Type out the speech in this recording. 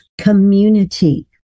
community